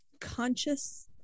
conscious